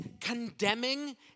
condemning